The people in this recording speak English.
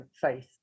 faith